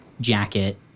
jacket